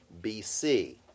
BC